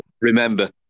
Remember